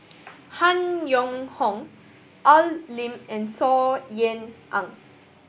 Han Yong Hong Al Lim and Saw Ean Ang